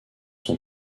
son